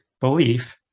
belief